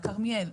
על כרמיאל.